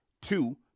Two